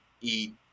eat